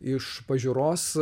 iš pažiūros